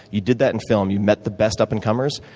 you did that in film, you met the best up-and-comers?